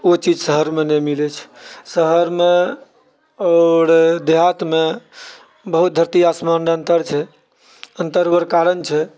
ओ चीज शहरमे नहि मिलैत छै शहरमे आओर देहातमे बहुत धरती आसमानरे अन्तर छै अन्तर ओकर कारण छै